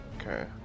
Okay